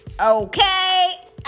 okay